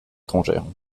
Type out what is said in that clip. étrangères